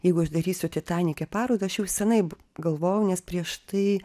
jeigu aš darysiu titanike parodą aš jau senai galvojau nes prieš tai